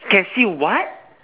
can see what